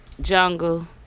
Jungle